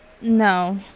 No